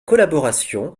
collaboration